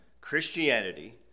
Christianity